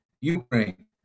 Ukraine